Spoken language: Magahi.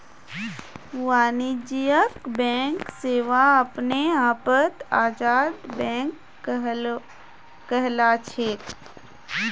वाणिज्यिक बैंक सेवा अपने आपत आजाद बैंक कहलाछेक